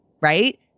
right